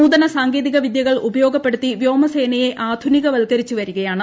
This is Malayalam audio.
നൂതന സാങ്കേതിക വിദ്യകൾ ഉപയോഗപ്പെടുത്തി വ്യോമസേനയെ ആധുനിക വൽക്കരിച്ചുവരികയാണ്